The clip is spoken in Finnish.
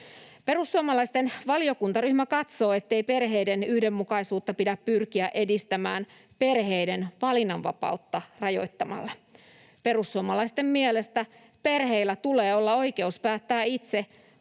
Perussuomalaisten valiokuntaryhmä katsoo, ettei perheiden yhdenmukaisuutta pidä pyrkiä edistämään perheiden valinnanvapautta rajoittamalla. Perussuomalaisten mielestä perheillä tulee olla oikeus päättää itse, kuinka